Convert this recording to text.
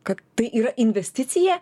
kad tai yra investicija